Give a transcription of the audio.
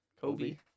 Kobe